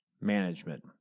management